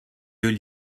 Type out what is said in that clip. deux